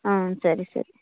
ஆ சரி சரி